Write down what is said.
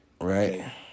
Right